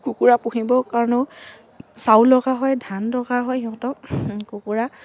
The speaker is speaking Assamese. কুকুৰা পুহিবৰ কাৰণেও চাউল দৰকাৰ হয় ধান দৰকাৰ হয় সিহঁতক কুকুৰা